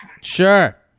sure